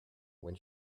when